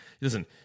listen